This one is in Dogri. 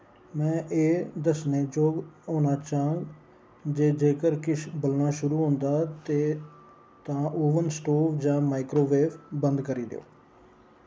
में एह् दस्सने जोग होना चाह्ङ जे जेकर किश बलना शुरू होंदा ते तां ओवन स्टोव जां माइक्रोवेव बंद करी देओ